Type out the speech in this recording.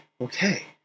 okay